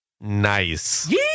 Nice